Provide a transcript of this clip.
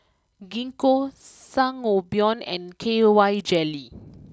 Gingko Sangobion and K Y Jelly